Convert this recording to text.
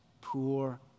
poor